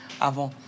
avant